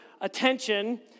attention